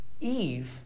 Eve